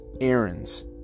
errands